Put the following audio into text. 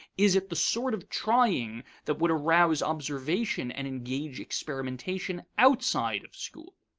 is it the sort of trying that would arouse observation and engage experimentation outside of school?